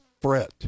fret